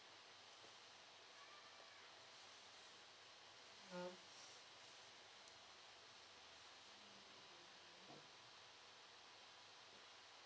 mm